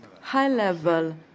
high-level